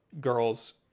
girls